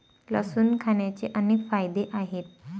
लसूण खाण्याचे अनेक फायदे आहेत